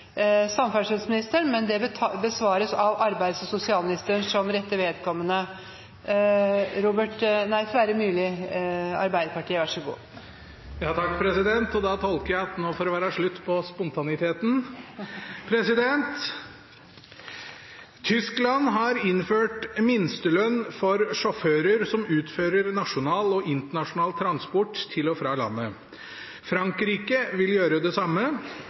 samferdselsministeren, vil bli besvart av arbeids- og sosialministeren som rette vedkommende. Dette spørsmålet, fra representanten Sverre Myrli til samferdselsministeren, vil bli besvart av arbeids- og sosialministeren som rette vedkommende. Da tolker jeg det dithen at det nå får være slutt på spontaniteten. «Tyskland har innført minstelønn for sjåfører som utfører nasjonal og internasjonal transport til og fra landet. Frankrike vil gjøre det samme.